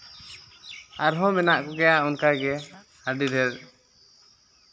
ᱟᱨᱦᱚᱸ ᱢᱮᱱᱟᱜ ᱠᱚᱜᱮᱭᱟ ᱚᱱᱠᱟᱜᱮ ᱟᱹᱰᱤ ᱰᱷᱮᱨ